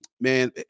Man